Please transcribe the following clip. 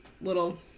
little